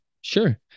Sure